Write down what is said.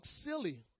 silly